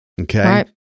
Okay